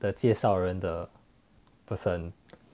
the 介绍人的 person